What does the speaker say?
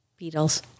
Beatles